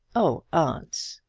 oh, aunt!